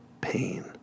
pain